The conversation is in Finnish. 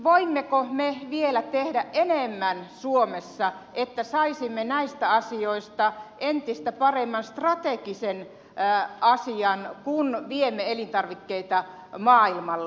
voimmeko me vielä tehdä enemmän suomessa että saisimme näistä asioista entistä paremman strategisen asian kun viemme elintarvikkeita maailmalle